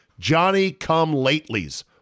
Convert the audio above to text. Johnny-come-latelys